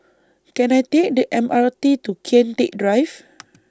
Can I Take The M R T to Kian Teck Drive